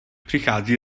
přichází